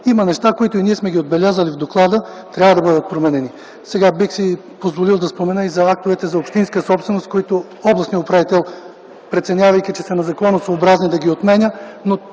има неща, които сме ги отбелязали в доклада, трябва да бъдат променени. Бих си позволил да спомена актовете за общинска собственост, които областният управител, преценявайки, че са незаконосъобразни, да ги отменя,